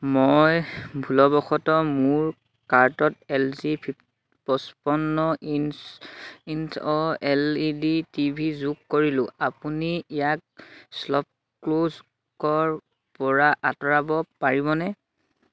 মই ভুলবশতঃ মোৰ কাৰ্টত এল জি পঁচপন্ন ইঞ্চি O L E D T V যোগ কৰিলোঁ আপুনি ইয়াক শ্বপক্লুজৰপৰা আঁতৰাব পাৰিবনে